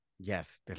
Yes